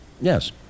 Yes